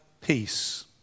peace